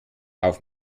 auf